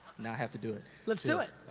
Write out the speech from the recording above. now i have to do it. let's do it!